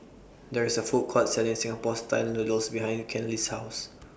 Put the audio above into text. There IS A Food Court Selling Singapore Style Noodles behind Kenley's House